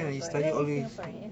ya he's singaporean ya